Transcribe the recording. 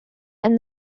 and